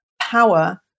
power